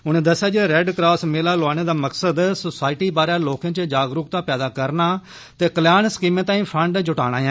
उनें दस्सेआ जे रेड क्रास मेला लोआने दा मकसद सोसाईटी बारै लोकें च जागरूकता पैदा करना ते कल्याण स्कीमें ताई फंड जुटाना ऐ